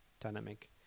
dynamic